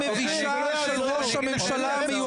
הם רוצים להתכונן לבג"ץ,